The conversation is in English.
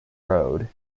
road